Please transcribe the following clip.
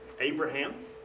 Abraham